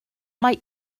mae